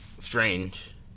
strange